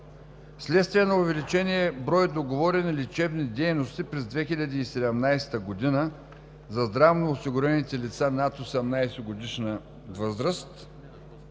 Вследствие на увеличения брой договорени лечебни дейности през 2017 г. за здравноосигурените лица над 18-годишна възраст